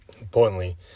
Importantly